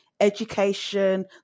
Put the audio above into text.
education